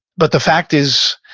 but the fact is